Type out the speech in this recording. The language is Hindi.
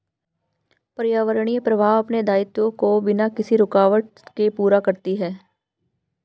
पर्यावरणीय प्रवाह अपने दायित्वों को बिना किसी रूकावट के पूरा करती है